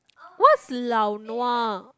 what's lau nua